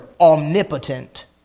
omnipotent